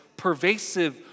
Pervasive